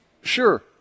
Sure